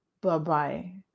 Bye-bye